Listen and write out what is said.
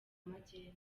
magendu